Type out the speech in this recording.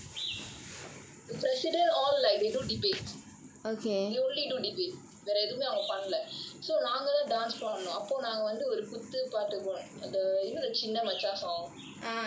the president all llike they do debates they only do debates வேற எதுமே அவங்க பண்ணல:vera ethumae avanga pannala so நாங்கதான்:naangathaan dance பண்ணுனோம் அப்போ நாங்க வந்து ஒரு குத்து பாட்டு என்னது அது சின்ன மச்சா:pannunom appo naanga vanthu oru kuthu paattu ennathu athu chinna macha song